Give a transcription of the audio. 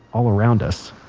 all around us